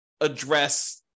address